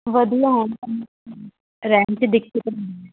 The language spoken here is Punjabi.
ਵਧੀਆ ਐਨ ਰਹਿਣ 'ਚੋ ਦਿਕੱਤ